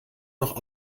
noch